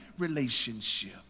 relationship